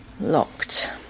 Locked